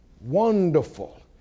Wonderful